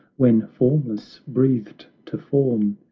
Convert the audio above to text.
when formless breathed to form,